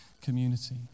community